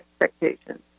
expectations